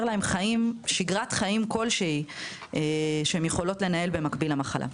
להן שגרת חיים כלשהי שהן יכולות לנהל במקביל למחלה.